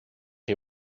chi